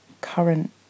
current